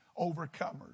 overcomers